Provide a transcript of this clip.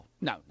no